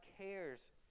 cares